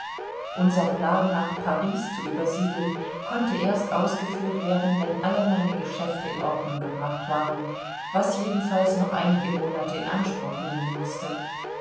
unser plan nach paris zu übersiedeln konnte erst ausgeführt werden wenn alle meine geschäfte in ordnung gebracht waren was jedenfalls noch einige monate in anspruch nehmen mußte